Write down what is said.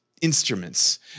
instruments